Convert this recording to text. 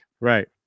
Right